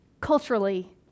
culturally